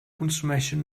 consumeixen